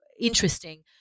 interesting